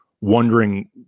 wondering